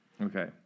Okay